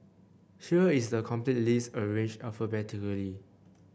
here is the complete list arranged alphabetically